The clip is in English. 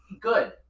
good